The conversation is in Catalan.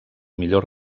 millor